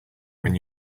when